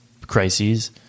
crises